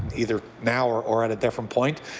either now or or at a different point.